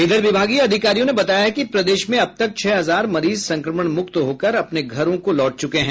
इधर विभागीय अधिकारियों ने बताया है कि प्रदेश में अब तक छह हजार मरीज संक्रमण मुक्त होकर अपने घरों को लौट चुके हैं